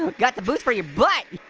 got the boost for your butt.